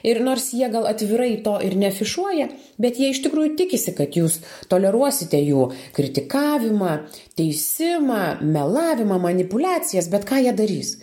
ir nors jie gal atvirai to ir neafišuoja bet jie iš tikrųjų tikisi kad jūs toleruosite jų kritikavimą teisimą melavimą manipuliacijas bet ką jie darys